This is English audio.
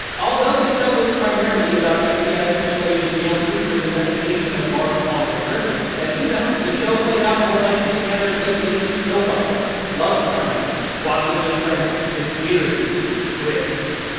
although the show was primarily about fbi special agent dale cooper's investigation of laura palmer's murder, as you know, the show played out more like your standard, late eighty s soap opera. love triangles, plots of betrayal, conspiracies, trysts.